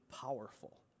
powerful